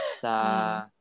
sa